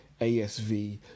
asv